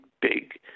big